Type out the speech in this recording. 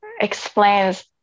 explains